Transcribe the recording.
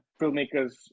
filmmakers